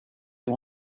you